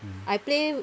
I play